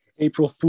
April